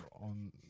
on